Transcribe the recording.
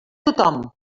tothom